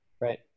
Right